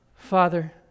father